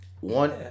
one